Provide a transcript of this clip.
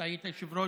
אתה היית יושב-ראש